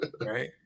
Right